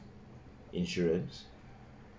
insurance